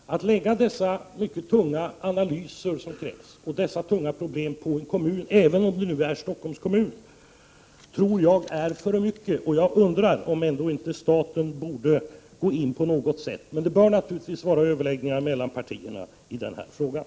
Att lägga dessa mycket omfattande analyser och tunga problem på en kommun —- även om det är Stockholms kommun =— tror jag blir för mycket för kommunen. Jag undrar om staten ändå inte borde gå in på något sätt. Men det bör naturligtvis ske överläggningar mellan partierna i den här frågan.